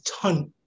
ton